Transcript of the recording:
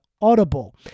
Audible